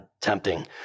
tempting